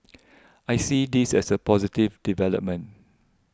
I see this as a positive development